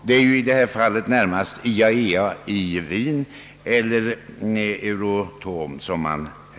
Det gäller i detta fall närmast IAEA i Wien eller Euratom.